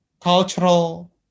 cultural